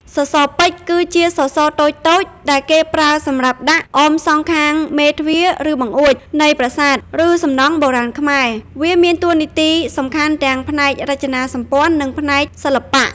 សសរពេជ្រ គឺជាសសរតូចៗដែលគេប្រើសម្រាប់ដាក់ អមសងខាងមេទ្វារ ឬបង្អួច នៃប្រាសាទ ឬសំណង់បុរាណខ្មែរ វាមានតួនាទីសំខាន់ទាំងផ្នែករចនាសម្ព័ន្ធ និងផ្នែកសិល្បៈ។